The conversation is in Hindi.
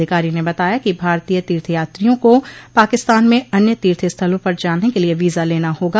अधिकारी ने बताया कि भारतीय तीर्थ यात्रियों को पाकिस्तान में अन्य तीर्थस्थलों पर जान के लिये वीज़ा लेना होगा